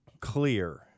clear